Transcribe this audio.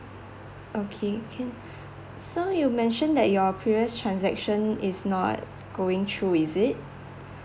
okay can so you mentioned that your previous transaction is not going through is it